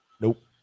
Nope